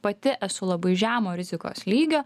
pati esu labai žemo rizikos lygio